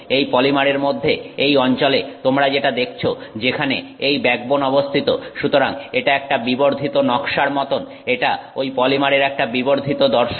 এই পলিমারের মধ্যে এই অঞ্চলে তোমরা যেটা দেখছো যেখানে এই ব্যাকবোন অবস্থিত সুতরাং এটা একটা বিবর্ধিত নকশার মতন এটা ঐ পলিমারের একটা বিবর্ধিত দর্শন